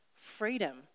freedom